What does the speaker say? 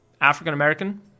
African-American